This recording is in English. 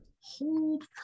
hold